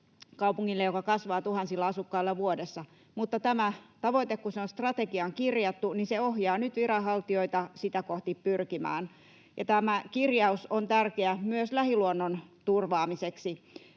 kaupungille, joka kasvaa tuhansilla asukkailla vuodessa, mutta tämä tavoite, kun se on strategiaan kirjattu, ohjaa nyt viranhaltijoita sitä kohti pyrkimään. Tämä kirjaus on tärkeä myös lähiluonnon turvaamiseksi.